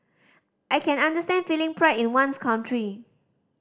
I can understand feeling pride in one's country